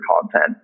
content